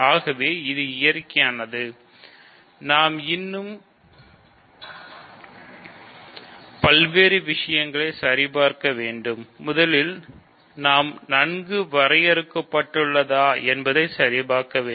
ஆகவே இது இயற்கையானது நாம் இன்னும் பல்வேறு விஷயங்களை சரிபார்க்க வேண்டும் முதலில் நாம் நன்கு வரையறுக்கப் பட்டுள்ளதா என்பதை சரிபார்க்க வேண்டும்